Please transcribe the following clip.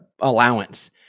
allowance